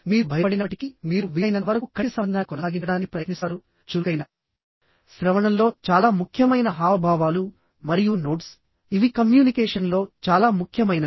మీరు భయపడినప్పటికీ మీరు వీలైనంత వరకు కంటి సంబంధాన్ని కొనసాగించడానికి ప్రయత్నిస్తారు చురుకైన శ్రవణంలో చాలా ముఖ్యమైన హావభావాలు మరియు నోడ్స్ ఇవి కమ్యూనికేషన్లో చాలా ముఖ్యమైనవి